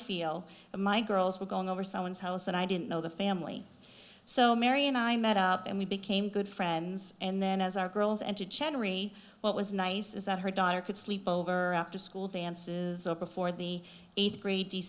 feel my girls were going over someone's house and i didn't know the family so mary and i met up and we became good friends and then as our girls and to cherry what was nice is that her daughter could sleep over after school dances over for the eighth grade d